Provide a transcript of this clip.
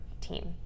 team